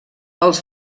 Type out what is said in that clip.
els